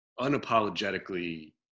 unapologetically